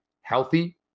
healthy